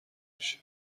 میشه